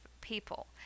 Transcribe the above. people